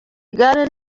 igare